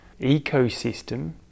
ecosystem